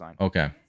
okay